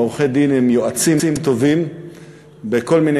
ועורכי-דין הם יועצים טובים בכל מיני